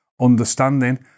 understanding